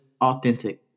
authentic